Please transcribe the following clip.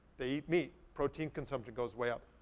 they eat meat. protein consumption goes way up.